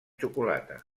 xocolata